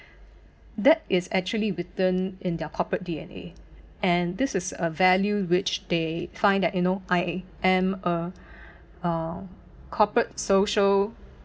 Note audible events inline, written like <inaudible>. that is actually written in their corporate D_N_A and this is a value which they find that you know I am a <breath> uh corporate social